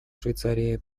швейцарии